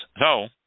No